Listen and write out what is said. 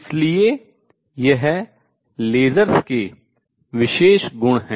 इसलिए यह लेज़रों के विशेष गुण हैं